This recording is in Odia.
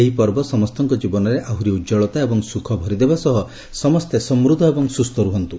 ଏହି ପର୍ବ ସମସ୍ତଙ୍କ ଜୀବନରେ ଆହୁରି ଉଜ୍ଜଳତା ଏବଂ ସୁଖ ଭରି ଦେବା ସହ ସମସ୍ତେ ସମୂଦ୍ଧ ଏବଂ ସୁସ୍ଥ ରୁହନ୍ତୁ